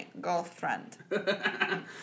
girlfriend